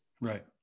Right